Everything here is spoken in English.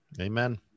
Amen